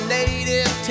native